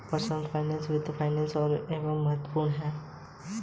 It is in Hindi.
पर्सनल फाइनैन्स के लिए वित्तीय साक्षरता अत्यंत महत्वपूर्ण है